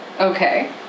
Okay